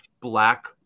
Black